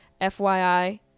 FYI